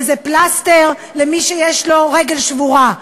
וזה פלסטר למי שיש לו רגל שבורה.